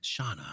Shauna